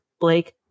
Blake